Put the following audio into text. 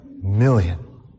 million